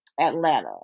Atlanta